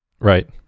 Right